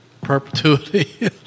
perpetuity